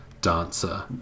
dancer